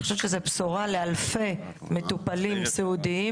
אני חושבת שזו בשורה לאלפי מטופלים סיעודיים